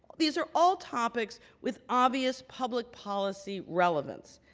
these are all topics with obvious public policy relevance.